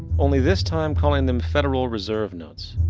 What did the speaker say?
only this time, calling them federal reserve notes.